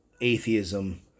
atheism